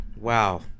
wow